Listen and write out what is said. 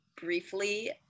briefly